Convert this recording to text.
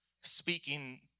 speaking